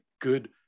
good